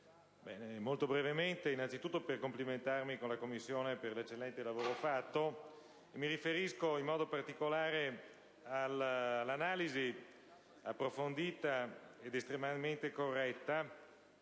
Signor Presidente, innanzi tutto desidero complimentarmi con la Commissione per l'eccellente lavoro svolto. Mi riferisco in modo particolare all'analisi approfondita ed estremamente corretta